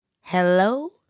Hello